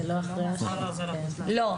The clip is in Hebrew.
לא.